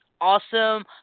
awesome